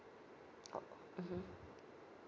oh mmhmm